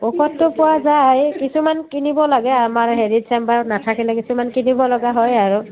ঔষধটো পোৱা যায় এই কিছুমান কিনিব লাগে আমাৰ হেৰিত চেম্বাৰত নাথাকিলে কিছুমান কিনিব লগা হয় আৰু